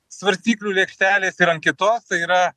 svarstyklių lėkštelės ir ant kitos tai yra